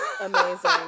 amazing